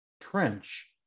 trench